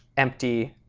empty